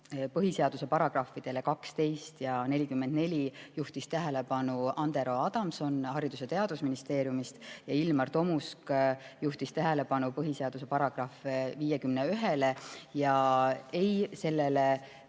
põhiseaduse paragrahvidele 12 ja 44 juhtis tähelepanu Andero Adamson Haridus- ja Teadusministeeriumist. Ilmar Tomusk juhtis tähelepanu põhiseaduse §-le 51. Ja ei, sellele